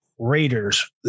Raiders